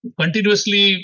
continuously